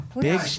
big